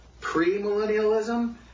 premillennialism